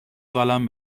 قلم